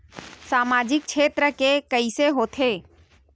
सामजिक क्षेत्र के कइसे होथे?